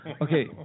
Okay